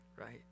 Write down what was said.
right